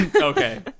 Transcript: okay